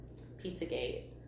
Pizzagate